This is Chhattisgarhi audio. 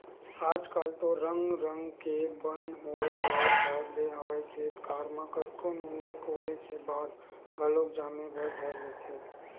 आजकल तो रंग रंग के बन होय बर धर ले हवय खेत खार म कतको नींदे कोड़े के बाद घलोक जामे बर धर लेथे